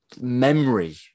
memory